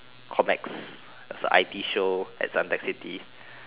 comics there's a I_T show at Suntec-city